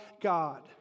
God